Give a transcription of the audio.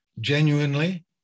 genuinely